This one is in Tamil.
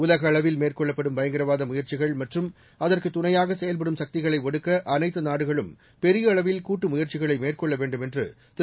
உலக அளவில் மேற்கொள்ளப்படும் பயங்கரவாத முயற்சிகள் மற்றும் அதற்கு துணையாக செயல்படும் சக்திகளை ஒடுக்க அனைத்து நாடுகளும் பெரிய அளவில் கூட்டு முயற்சிகளை மேற்கொள்ள வேண்டும் என்று திரு